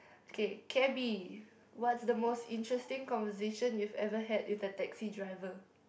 okay Cabby what's the most interesting conversation you've ever had with the taxi driver